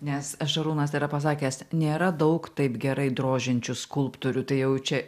nes šarūnas yra pasakęs nėra daug taip gerai drožiančių skulptorių tai jau čia